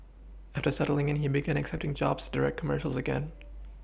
after settling in he began accepting jobs direct commercials again